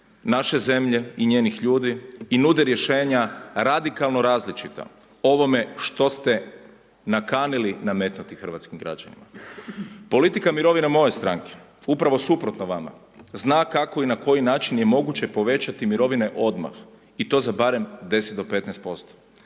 naše zemlje i njenih ljudi i nude rješenja radikalno različita ovome što ste nakanili nametnuti hrvatskim građanima. Politika mirovina moje stranke upravo suprotno vama zna kako i na koji način je moguće povećati mirovine odmah i to za barem 10 do 15%.